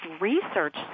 research